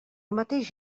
mateix